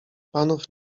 panów